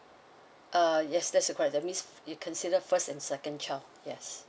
uh yes that's correct that means it consider first and second child yes